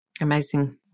Amazing